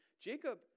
Jacob